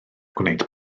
gwneud